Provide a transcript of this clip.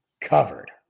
covered